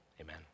Amen